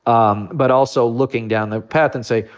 um but also looking down the path and say,